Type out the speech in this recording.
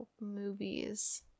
movies